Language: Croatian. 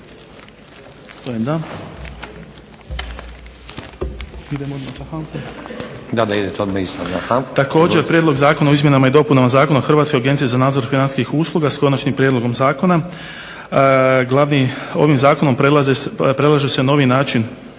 Također, Prijedlog zakona o izmjenama i dopunama Zakona o Hrvatskoj agenciji za nadzor financijskih usluga s Konačnim prijedlogom zakona. Ovim zakonom predlaže se novi način